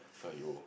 !aiyo!